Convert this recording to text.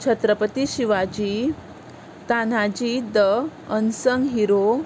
Chhatrapati Shivaji Tanhaji the unsung hero